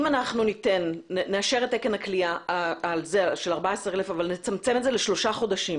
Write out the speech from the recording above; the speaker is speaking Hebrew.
אם אנחנו נאשר את תקן הכליאה של 14,000 אבל נצמצם את זה לשלושה חודשים,